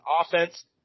offense